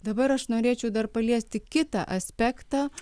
dabar aš norėčiau dar paliesti kitą aspektą